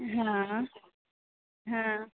हँ हँ